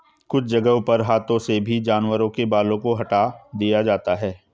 कुछ जगहों पर हाथों से भी जानवरों के बालों को हटा दिया जाता है